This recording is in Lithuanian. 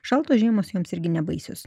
šaltos žiemos joms irgi nebaisios